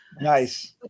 Nice